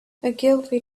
ogilvy